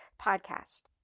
Podcast